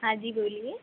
हाँ जी बोलिए